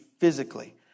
physically